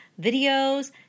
videos